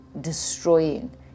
destroying